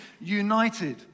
united